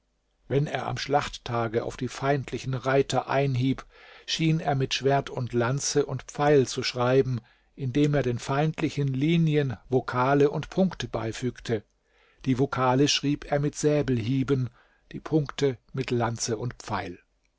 wenn er am schlachttage auf die feindlichen reiter einhieb schien er mit schwert und lanze und pfeil zu schreiben indem er den feindlichen linien vokale und punkte beifügte die vokale schrieb er mit säbelhieben die punkte mit lanze und pfeil